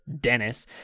Dennis